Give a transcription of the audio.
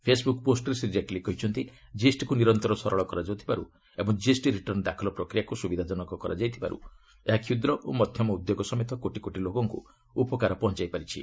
Facebook ପୋଷ୍ଟରେ ଶ୍ରୀ ଜେଟଲୀ କହିଛନ୍ତି ଜିଏସ୍ଟିକୁ ନିରନ୍ତର ସରଳ କରାଯାଉଥିବାରୁ ଏବଂ ଜିଏସ୍ଟି ରିଟର୍ଣ୍ଣ ଦାଖଲ ପ୍ରକ୍ରିୟାକୁ ସୁବିଧାଜନକ କରାଯାଉଥିବାରୁ ଏହା ଷୁଦ୍ର ଓ ମଧ୍ୟମ ଉଦ୍ୟୋଗ ସମେତ କୋଟି କୋଟି ଲୋକଙ୍କୁ ଉପକାର ପହଞ୍ଚାଇ ପାରିଛି